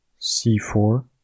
c4